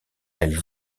elle